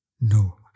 No